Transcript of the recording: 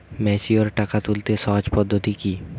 Mature টাকা তুলতে সহজ পদ্ধতি কি?